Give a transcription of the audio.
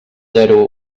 zero